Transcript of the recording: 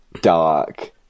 dark